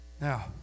now